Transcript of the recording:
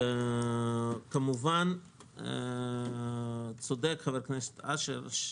כמובן צודק חבר הכנסת אשר,